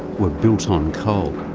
were built on coal.